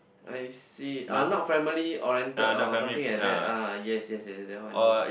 I see are not family oriented or something like that ah yes yes yes yes that one I know